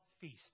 feast